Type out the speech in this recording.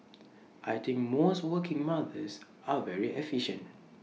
I think most working mothers are very efficient